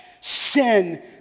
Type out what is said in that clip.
sin